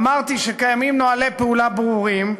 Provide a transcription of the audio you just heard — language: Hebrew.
אמרתי שקיימים נוהלי פעולה ברורים,